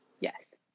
yes